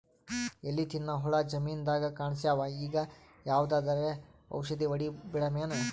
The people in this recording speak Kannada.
ಎಲಿ ತಿನ್ನ ಹುಳ ಜಮೀನದಾಗ ಕಾಣಸ್ಯಾವ, ಈಗ ಯಾವದರೆ ಔಷಧಿ ಹೋಡದಬಿಡಮೇನ?